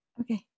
Okay